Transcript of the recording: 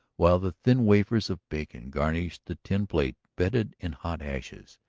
while the thin wafers of bacon garnished the tin plate bedded in hot ashes.